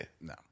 No